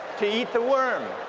to eat the worm